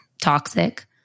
toxic